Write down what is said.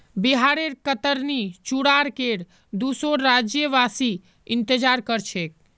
बिहारेर कतरनी चूड़ार केर दुसोर राज्यवासी इंतजार कर छेक